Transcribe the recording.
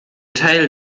teil